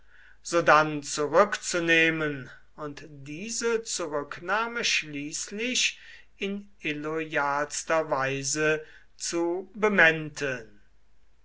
sodann zurückzunehmen und diese zurücknahme schließlich in illoyalster weise zu bemänteln